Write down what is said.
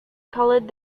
colored